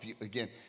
again